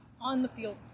on-the-field